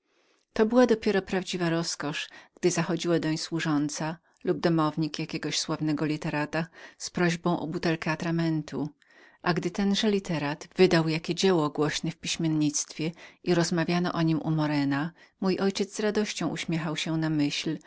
to była dopiero prawdziwa roskosz gdy widział wchodzącego służącego od jakiego sławnego literata z prośbą o butelkę atramentu a gdy ten literat wydał jakie dzieło głośne w piśmiennictwie i rozmawionorozmawiano o niem u morena mój ojciec z radością uśmiechał się na myśl